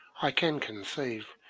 i can conceive,